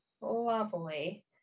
Lovely